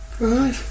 Right